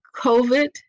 COVID